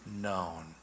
Known